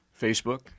facebook